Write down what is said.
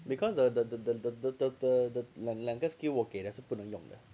because the the the the the the the 两个两个 skill 我给的是不一样的